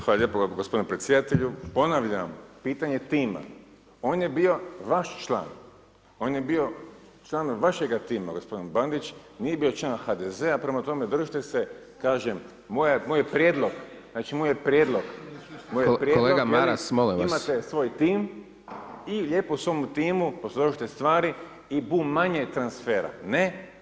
Hvala lijepo gospodine predsjedatelju, ponavljam pitanje tima on je bio vaš član, on je bio član vašega tima, gospodin Bandić nije bio član HDZ-a, prema tome držite se kažem moj je prijedlog, znači moj je prijedlog, moj je prijedlog jeli [[Upadica: Kolega Maras, molim vas.]] imate svoj tim i lijepo u svom timu posložite stvari i bu manje transfera, ne?